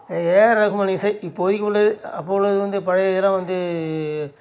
ஏ R Rahman இசை இப்போதைக்கு உள்ளது அப்போது உள்ளது வந்து பழைய இதெல்லாம் வந்து